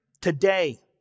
Today